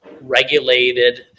regulated